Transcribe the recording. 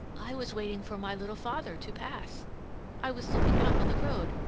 i was waiting for my little father to pass i was looking out on the road,